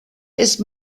ist